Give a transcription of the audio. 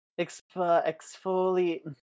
exfoliate